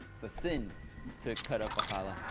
it's a sin to cut up a challah,